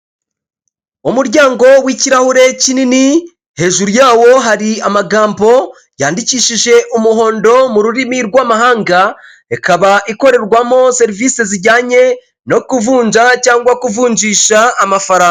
Umuryango w'ikirahure kinini hejuru yawo hari amagambo yandikishije umuhondo mu rurimi rwamahanga, ikaba ikorerwamo serivisi zijyanye no kuvunja cyangwa kuvunjisha amafaranga.